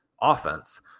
offense